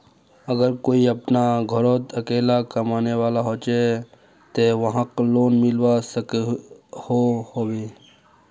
अगर कोई अपना घोरोत अकेला कमाने वाला होचे ते वाहक लोन मिलवा सकोहो होबे?